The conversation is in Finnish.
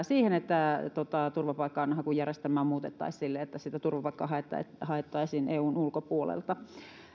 siihen että turvapaikanhakujärjestelmää muutettaisiin siten että turvapaikkaa haettaisiin haettaisiin eun ulkopuolelta